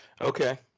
Okay